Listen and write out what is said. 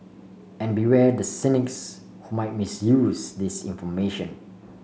and beware the cynics who might misuse this information